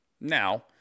Now